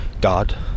God